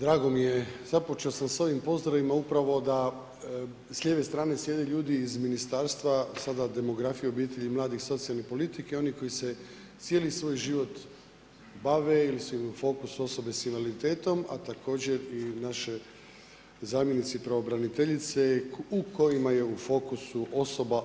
Drago mi je, započeo sam s ovim pozdravima upravo da s lijeve strane sjede ljudi iz Ministarstva sada demografije, obitelji i mladih, socijalne politike, oni koji se cijeli svoj život bave ili su im u fokusu osobe s invaliditetom, a također i našoj zamjenici pravobraniteljice u kojima je u fokusu osoba